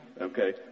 Okay